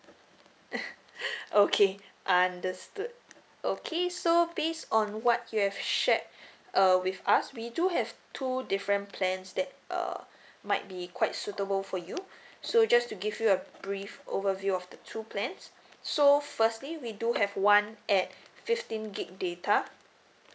okay understood okay so based on what you have shared err with us we do have two different plans that uh might be quite suitable for you so just to give you a brief overview of the two plans so firstly we do have one at fifteen G_B data